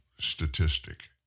statistic